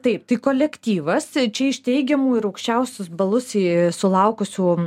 taip tai kolektyvas čia iš teigiamų ir aukščiausius balus sulaukusių